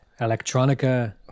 Electronica